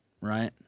right